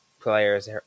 players